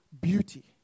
beauty